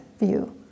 view